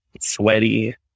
sweaty